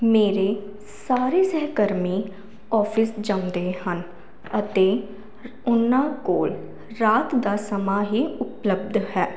ਮੇਰੇ ਸਾਰੇ ਸਹਿਕਰਮੀ ਆਫਿਸ ਜਾਂਦੇ ਹਨ ਅਤੇ ਉਨਾਂ ਕੋਲ ਰਾਤ ਦਾ ਸਮਾਂ ਹੀ ਉਪਲਬਧ ਹੈ